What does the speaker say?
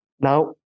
Now